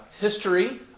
history